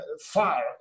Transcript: far